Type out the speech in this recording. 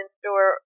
store